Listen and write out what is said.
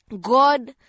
God